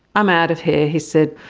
i'm out of here he said,